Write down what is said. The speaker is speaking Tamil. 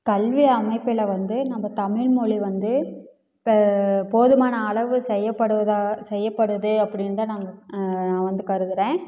கல்வி அமைப்பில் வந்து நம்ம தமிழ் மொழி வந்து இப்போ போதுமான அளவு செயப்படுவதா செயல்படுது அப்படின்னு தான் நாங்கள் நான் வந்து கருதுகிறேன்